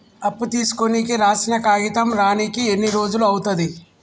అప్పు తీసుకోనికి రాసిన కాగితం రానీకి ఎన్ని రోజులు అవుతది?